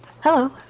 hello